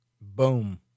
Boom